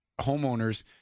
homeowners